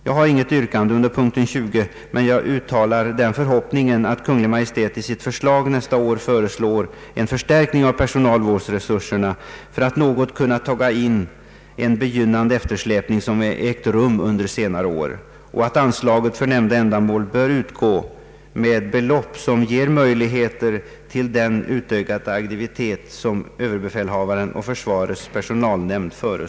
Jag har inte något yrkande under punkten 20, men jag uttalar den förhoppningen att Kungl. Maj:t i sitt förslag nästa år föreslår en förstärkning av personalvårdsresurserna för att något kunna kompensera en begynnande eftersläpning som ägt rum under senare år och att anslaget för nämnda ändamål bör utgå med belopp som ger möjligheter till den utökade aktivitet som överbefälhavaren och försvarets personalnämnd yrkar.